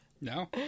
No